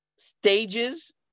Stages